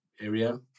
area